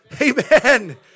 Amen